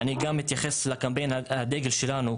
אני גם אתייחס לקמפיין הדגל שלנו,